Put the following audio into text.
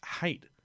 hate